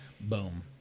boom